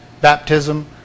baptism